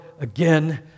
again